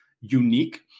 unique